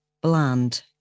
bland